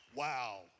Wow